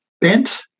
bent